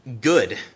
good